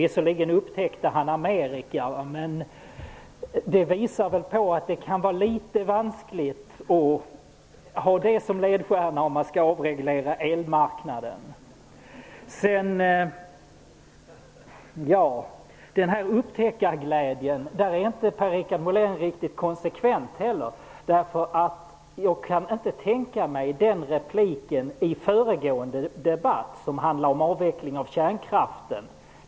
Visserligen upptäckte han Amerika, men det visar hur vanskligt det kan vara. Det skall man ha som ledstjärna om man skall avreglera elmarknaden. När det gäller upptäckarglädjen är inte Per-Richard Molén riktigt konsekvent heller. Jag kan inte tänka mig hans repliker nu in den föregående debatten, som handlade om avveckling av kärnkraften.